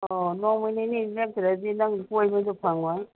ꯑꯣ ꯅꯣꯡꯃ ꯅꯤꯅꯤ ꯂꯦꯛꯇ꯭ꯔꯗꯤ ꯅꯪ ꯀꯣꯏꯕꯁꯨ ꯐꯪꯉꯣꯏ